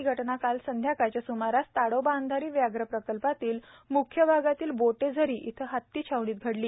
हि घटना काल सायंकाळच्या स्मारास ताडोबा अंधारी व्याघ्र प्रकल्पातील म्ख्य भागातील बोटेझरी येथे हती छावणीत घडली